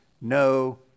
no